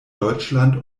deutschland